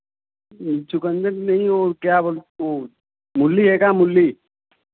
चुकंदर नहीं वह क्या बोल वह मूली है का मूली